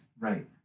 Right